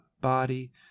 body